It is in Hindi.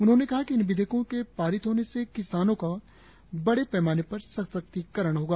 उन्होंने कहा कि इन विधेयकों के पारित होने से किसानों का बड़े स्तर पर सशक्तिकरण होगा